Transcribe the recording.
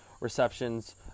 receptions